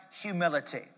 humility